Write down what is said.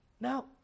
Now